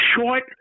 short